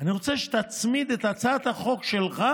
אני רוצה שתצמיד את הצעת החוק שלך